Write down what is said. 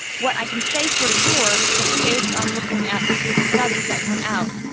what i can say for sure, just based on looking at the studies that come out,